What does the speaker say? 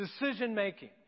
Decision-making